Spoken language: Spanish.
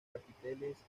capiteles